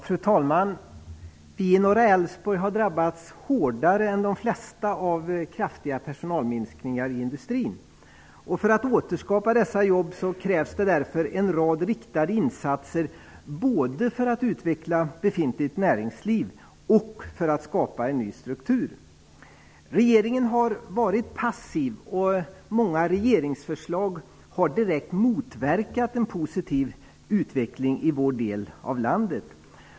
Fru talman! Vi i norra Älvsborg har drabbats hårdare än de flesta av kraftiga personalminskningar i industrin. För att återskapa dessa jobb krävs därför en rad riktade insatser både för att utveckla befintligt näringsliv och för att skapa en ny struktur. Regeringen har varit passiv, och många regeringsförslag har direkt motverkat en positiv utveckling i vår del av landet.